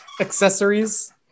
Accessories